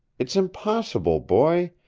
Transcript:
it's impossible, boy.